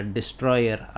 Destroyer